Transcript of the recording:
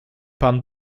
pan